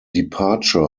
departure